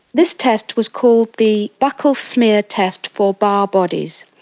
this test was called the buccal smear test for barr bodies,